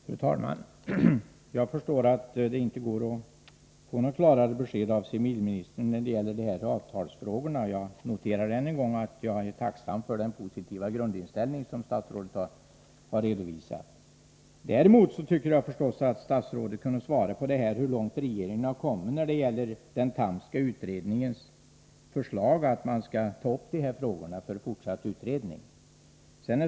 Fru talman! Jag förstår att det inte går att få några klarare besked av civilministern när det gäller avtalsfrågorna. Jag noterar än en gång tacksamt den positiva grundinställning som statsrådet har redovisat. Däremot tycker jag naturligtvis att statsrådet kunde svara på frågan hur långt regeringens arbete har kommit när det gäller Tham-utredningens förslag att de här aktuella frågorna skulle bli föremål för fortsatt utredning.